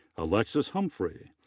alexis humphrey.